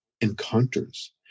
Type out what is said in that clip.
encounters